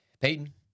Peyton